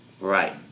Right